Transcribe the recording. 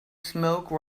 smoke